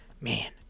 Man